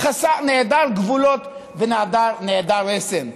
נעדר גבולות ונעדר רסן.